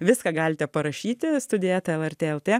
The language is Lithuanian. viską galite parašyti studija eta lrt lt